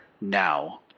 now